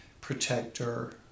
protector